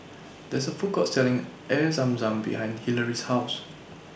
There IS A Food Court Selling Air Zam Zam behind Hilary's House